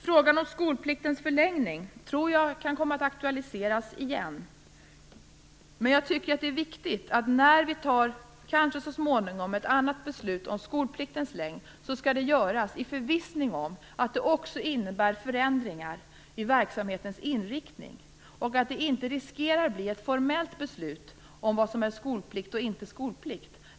Frågan om skolpliktens förlängning tror jag kan komma att aktualiseras igen. Men jag tycker att det är viktigt att när vi så småningom kanske tar ett annat beslut om skolpliktens längd skall det göras i förvissning om att det också innebär förändringar i verksamhetens inriktning och att det inte riskerar att bli ett formellt beslut om vad som är skolplikt och inte skolplikt.